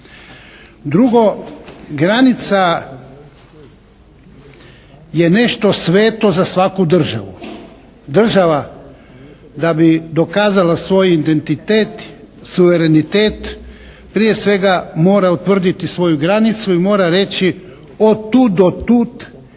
Drugo, granica je nešto sveto za svaku državu. Država da bi dokazala svoj identitet, suverenitet prije svega mora utvrditi svoju granicu i mora reći od tud do tud